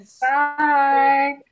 Bye